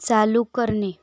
चालू करणे